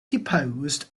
deposed